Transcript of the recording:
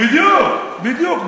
בדיוק, בדיוק.